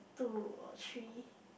two or three